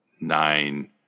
nine